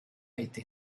été